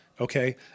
Okay